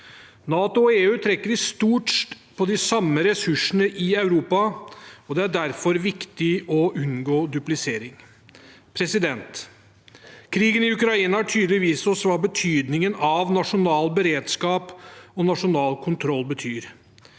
NATO og EU trekker i stort på de samme ressursene i Europa, og det er derfor viktig å unngå duplisering. Krigen i Ukraina har tydelig vist oss hva betydningen av nasjonal beredskap og nasjonal kontroll betyr.